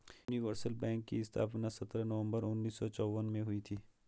universal bank की स्थापना सत्रह नवंबर उन्नीस सौ चौवन में हुई थी